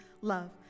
love